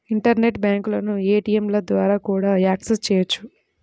internet బ్యాంకులను ఏటీయంల ద్వారా కూడా యాక్సెస్ చెయ్యొచ్చు